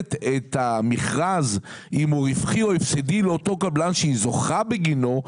בוחנת את המכרז אם הוא רווחי או הפסדי לאותו קבלן שהיא זוכה בגינו,